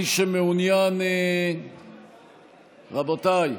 מי שמעוניין, רבותיי,